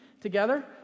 together